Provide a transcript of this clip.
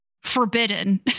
forbidden